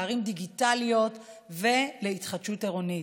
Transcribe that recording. לערים דיגיטליות ולהתחדשות עירונית.